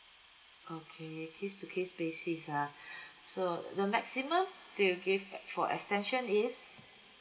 okay case to case basis ah so the maximum they will give for extension is